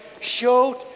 showed